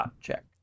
check